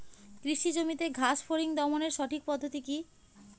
কৃষি জমিতে ঘাস ফরিঙ দমনের সঠিক পদ্ধতি কি?